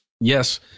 Yes